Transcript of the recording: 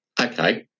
Okay